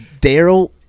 Daryl